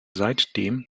seitdem